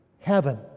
heaven